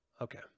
okay